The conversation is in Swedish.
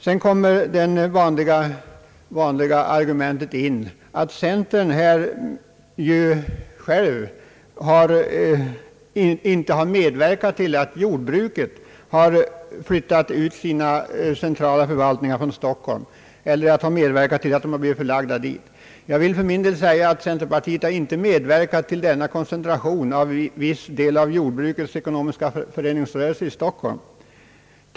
Sedan kommer det gamla vanliga argumentet in i resonemanget, nämligen att centern själv inte har medverkat till att jordbruket flyttat ut sina centrala förvaltningar från Stockholm utan tvärtom medverkat till att de blivit förlagda dit. Till det vill jag anföra att centerpartiet inte har medverkat till denna koncentration av viss del av jordbrukets ekonomiska föreningsrörelse i Stockholm.